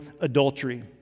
adultery